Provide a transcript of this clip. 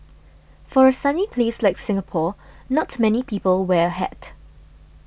for a sunny place like Singapore not many people wear a hat